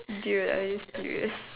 dude are you serious